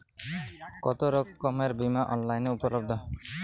কতোরকমের বিমা অনলাইনে উপলব্ধ?